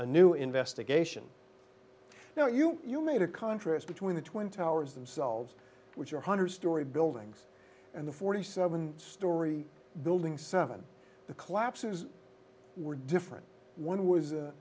a new investigation now you you made a contrast between the twin towers themselves which are hundreds story buildings and the forty seven story building seven the collapses were different one was